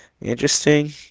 interesting